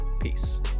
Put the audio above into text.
peace